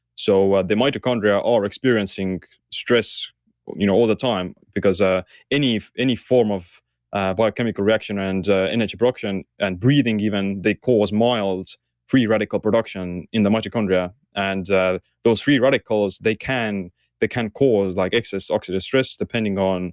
so ah the mitochondria are experiencing stress you know all the time because ah any any form of um ah chemical reaction and energy production and breathing even, they cause mild free radical production in the mitochondria. and those free radicals, they can they can cause like excess oxidative stress depending on